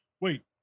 wait